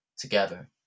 together